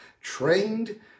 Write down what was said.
trained